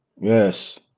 yes